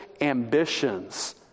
ambitions